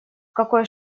какой